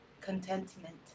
Contentment